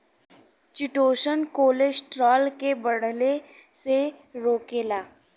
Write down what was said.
chitosan cholesterol के बढ़ले से रोकेला